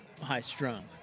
high-strung